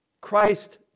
Christ